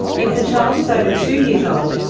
if the child is over two years old,